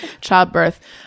childbirth